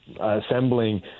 assembling